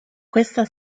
questa